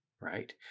right